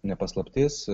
ne paslaptis